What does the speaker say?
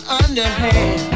underhand